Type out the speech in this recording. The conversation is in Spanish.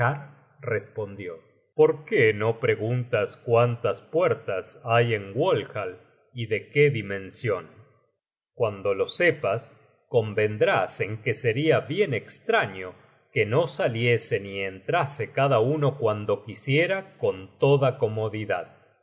respondió por qué no preguntas cuántas puertas hay en walhall y de qué dimension cuando lo sepas convendrás en que seria bien estraño que no saliese ni entrase cada uno cuando quisiera con toda comodidad